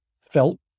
felt